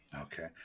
Okay